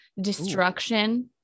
destruction